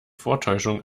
vortäuschung